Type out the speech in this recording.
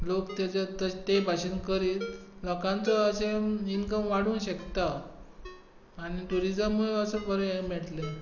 लोक ताजेर ते भाशेन करीत लोकांचो असो इनकम वाडूं शकता आनी ट्युरीजमूय असो पर्याय मेळटले